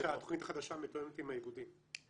התכנית החדשה מתואמת עם האיגודים.